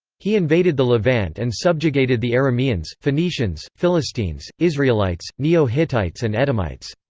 he invaded the levant and subjugated the arameans, phoenicians, philistines, israelites, neo-hittites and edomites.